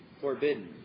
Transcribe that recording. forbidden